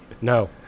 no